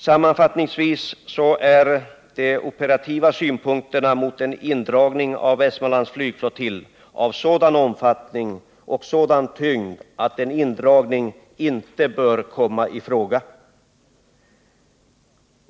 Sammanfattningsvis är de operativa synpunkterna mot en indragning av Västmanlands flygflottilj av sådan omfattning och sådan tyngd att en indragning inte bör komma i fråga.